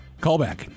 Callback